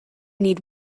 need